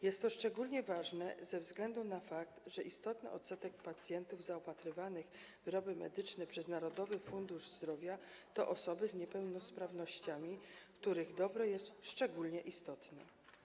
Jest to szczególnie ważne ze względu na fakt, że istotny odsetek pacjentów zaopatrywanych w wyroby medyczne przez Narodowy Fundusz Zdrowia stanowią osoby z niepełnosprawnościami, których dobro jest szczególnie istotne.